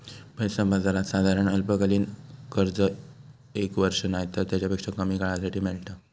पैसा बाजारात साधारण अल्पकालीन कर्ज एक वर्ष नायतर तेच्यापेक्षा कमी काळासाठी मेळता